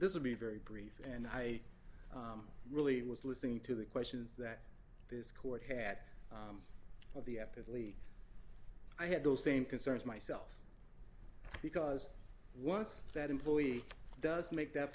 this will be very brief and i really was listening to the questions that this court had of the episode lee i had those same concerns myself because once that employee does make that